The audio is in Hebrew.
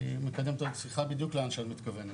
אני מקדם את השיחה בדיוק לאן שאת מתכוונת,